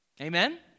Amen